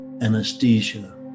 anesthesia